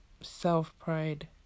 self-pride